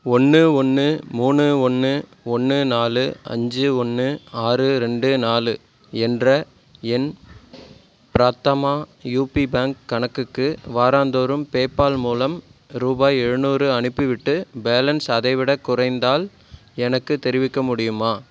ஒன்று ஒன்று மூணு ஒன்று ஒன்று நாலு அஞ்சு ஒன்று ஆறு ரெண்டு நாலு என்ற என் பிராத்தமா யூபி பேங்க் கணக்குக்கு வாரந்தோறும் பேபால் மூலம் ரூபாய் எழுநூறு அனுப்பிவிட்டு பேலன்ஸ் அதைவிடக் குறைந்தால் எனக்குத் தெரிவிக்க முடியுமா